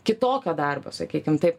kitokio darbo sakykim taip